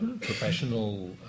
professional